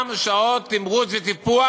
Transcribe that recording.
גם שעות תמרוץ וטיפוח.